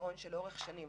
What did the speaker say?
זה מעון שלאורך שנים